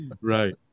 Right